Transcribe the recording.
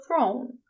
throne